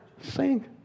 sing